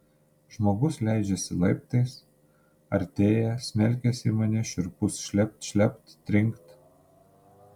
žmogus leidžiasi laiptais artėja smelkiasi į mane šiurpus šlept šlept trinkt